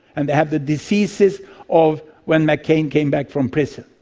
and they have the diseases of when mccain came back from prison.